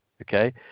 okay